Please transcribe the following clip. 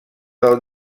del